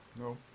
No